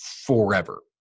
forever